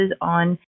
on